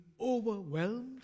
overwhelmed